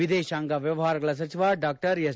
ವಿದೇಶಾಂಗ ವ್ಲವಹಾರಗಳ ಸಚಿವ ಡಾ ಎಸ್